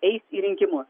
eis į rinkimus